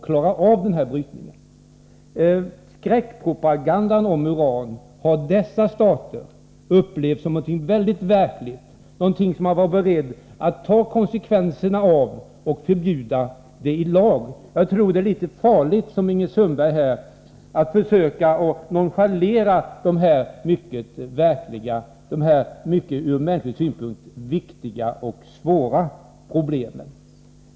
Dessa stater har upplevt skräckpropagandan när det gäller uran som något mycket verkligt — och man har varit beredd att ta konsekvenserna av det och i lag förbjuda brytning. Jag tror att det är litet farligt att, som Ingrid Sundberg gör, försöka nonchalera dessa från mänsklig synpunkt viktiga och svåra problem.